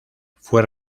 fue